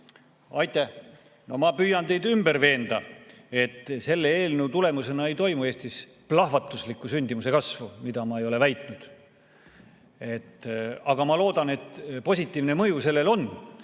Aitäh! Ma püüan teid ümber veenda: selle eelnõu tulemusena ei toimu Eestis plahvatuslikku sündimuse kasvu, seda ma ei ole väitnud. Aga ma loodan, et positiivne mõju sellel on.